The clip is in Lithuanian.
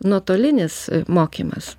nuotolinis mokymas